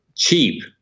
cheap